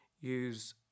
use